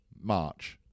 March